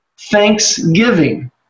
thanksgiving